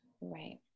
Right